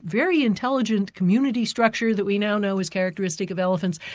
very intelligent community structure that we now know is characteristic of elephants.